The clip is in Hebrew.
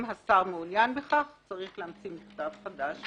אם השר מעוניין בכך, צריך להמציא מכתב חדש.